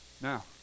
Now